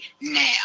now